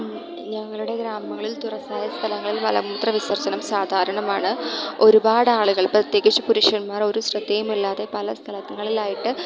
ഞങ്ങളുടെ ഗ്രാമങ്ങളിൽ തുറസായ സ്ഥലങ്ങളിൽ മലമൂത്ര വിസർജനം സാധാരണമാണ് ഒരുപാട് ആളുകൾ പ്രത്യേകിച്ച് പുരുഷന്മാർ ഒരു ശ്രദ്ധയും ഇല്ലാതെ പല സ്ഥലങ്ങളിൽ ആയിട്ട്